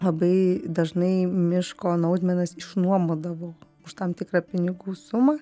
labai dažnai miško naudmenas išnuomodavo už tam tikrą pinigų sumą